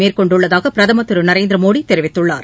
மேற்கொண்டுள்ளதாக பிரதமர் திரு நரேந்திர மோடி தெரிவித்துள்ளார்